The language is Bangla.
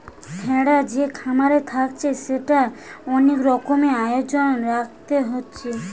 ভেড়া যে খামারে থাকছে সেখানে অনেক রকমের আয়োজন রাখতে হচ্ছে